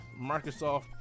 Microsoft